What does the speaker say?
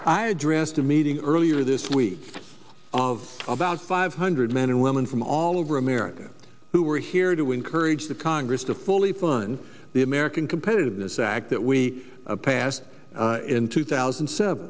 i addressed a meeting earlier this week of about five hundred men and women from all over america who are here to encourage the congress to fully fund the american competitiveness act that we passed in two thousand and seven